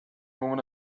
moment